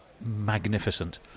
magnificent